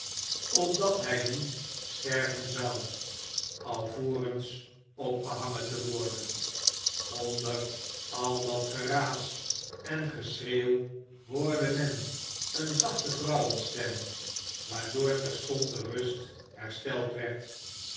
opdat hij niet sterven zou alvorens opgehangen te worden onder al dat geraas en geschreeuw hoorde men eene zachte vrouwenstem waardoor terstond de rust hersteld werd